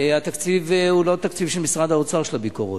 התקציב הוא לא תקציב של משרד האוצר, של הביקורות.